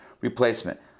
replacement